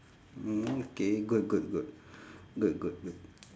okay good good good good good good